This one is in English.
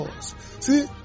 see